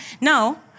Now